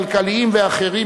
כלכליים ואחרים,